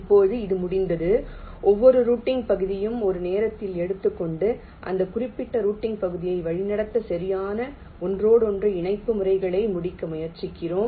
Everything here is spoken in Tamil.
இப்போது இது முடிந்ததும் ஒவ்வொரு ரூட்டிங் பகுதியையும் ஒரு நேரத்தில் எடுத்துக்கொண்டு அந்த குறிப்பிட்ட ரூட்டிங் பகுதியை வழிநடத்த சரியான ஒன்றோடொன்று இணைப்பு முறைகளை முடிக்க முயற்சிக்கிறோம்